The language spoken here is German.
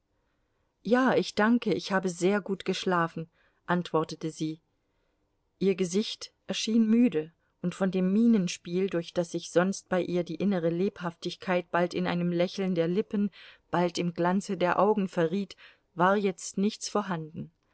ja ich danke ich habe sehr gut geschlafen antwortete sie ihr gesicht erschien müde und von dem mienenspiel durch das sich sonst bei ihr die innere lebhaftigkeit bald in einem lächeln der lippen bald im glanze der augen verriet war jetzt nichts vorhanden